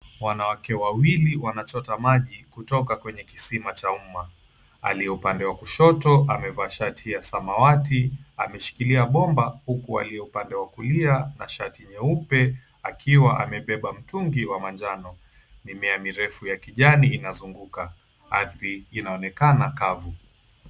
Wanawake wawili wanachota maji kutoka kwenye kisima cha uma. Aliye upande wa kushoto amevaa shati ya samawati, ameshikilia bomba huku aliye upande wa kulia na shati nyeupe akiwa amebeba mtungi wa manjano. Mimea mirefu ya kijani inazunguka. Ardhi inaonekana kavu.